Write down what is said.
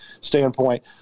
standpoint